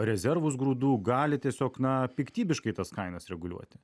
rezervus grūdų gali tiesiog na piktybiškai tas kainas reguliuoti